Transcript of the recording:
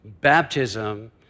baptism